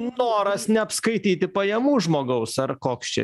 noras neapskaityti pajamų žmogaus ar koks čia